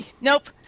Nope